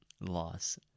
loss